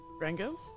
Rango